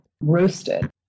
roasted